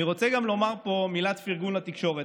אני רוצה גם לומר פה מילת פרגון לתקשורת.